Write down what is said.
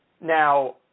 Now